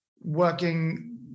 working